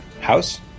house